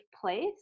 place